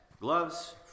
Gloves